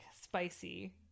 spicy